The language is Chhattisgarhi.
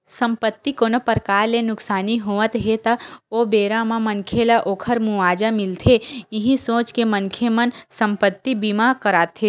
संपत्ति कोनो परकार ले नुकसानी होवत हे ता ओ बेरा म मनखे ल ओखर मुवाजा मिलथे इहीं सोच के मनखे मन संपत्ति बीमा कराथे